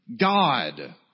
God